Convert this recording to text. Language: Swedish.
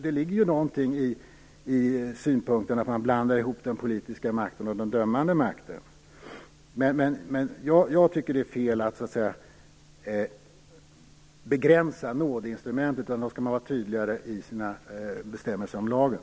Det ligger ju någonting i synpunkten att man blandar ihop den politiska makten och den dömande makten. Men jag tycker det är fel att begränsa nådeinstrumentet. Då skall man hellre vara tydligare i sina bestämmelser om lagen.